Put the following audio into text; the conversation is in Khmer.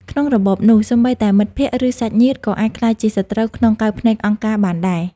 ក្នុងរបបនោះ សូម្បីតែមិត្តភក្តិ ឬសាច់ញាតិ ក៏អាចក្លាយជាសត្រូវក្នុងកែវភ្នែកអង្គការបានដែរ។